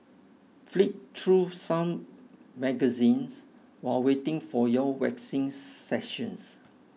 flick through some magazines while waiting for your waxing session